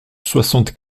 soixante